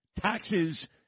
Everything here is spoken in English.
taxes